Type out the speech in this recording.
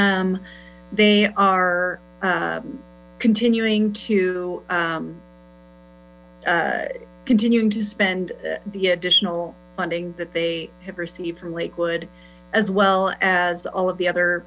they are continuing to continuing to spend the additional funding that they have received from lakewood as well as all of the other